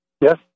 yes